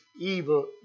evil